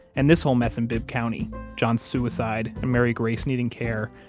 and this whole mess in bibb county john's suicide, and mary grace needing care,